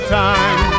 time